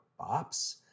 bops